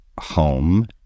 home